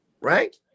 right